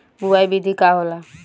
बुआई विधि का होला?